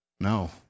No